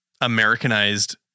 Americanized